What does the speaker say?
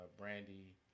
brandy